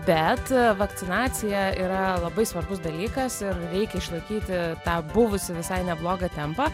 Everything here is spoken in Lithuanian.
bet vakcinacija yra labai svarbus dalykas ir reikia išlaikyti tą buvusį visai neblogą tempą